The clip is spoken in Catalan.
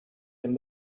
hem